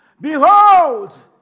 Behold